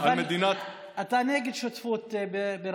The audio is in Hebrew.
ולא בממשלה, נגד שותפות בממשלה.